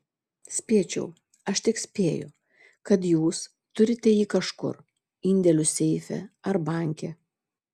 spėčiau aš tik spėju kad jūs turite jį kažkur indėlių seife ar banke